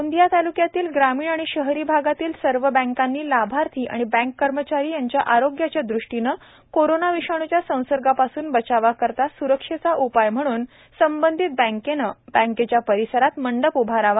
गोंदिया तालुक्यातील ग्रामीण व शहरी भागातील सर्व बँकांनी लाभार्थी व बँक कर्मचारी यांच्या आरोग्याच्या दृष्टीने कोरोना विषाणूचा संसर्गपासून बचावाकरिता सुरक्षेचे उपाय म्हणून संबंधित बँकेने बँकेच्या परिसरात मंडप उभारावा